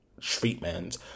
treatment